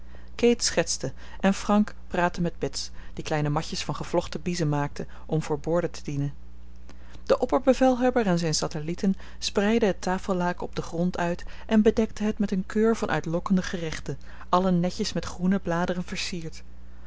kate schetste en frank praatte met bets die kleine matjes van gevlochten biezen maakte om voor borden te dienen de opperbevelhebber en zijn satellieten spreidden het tafellaken op den grond uit en bedekten het met een keur van uitlokkende gerechten allen netjes met groene bladeren versierd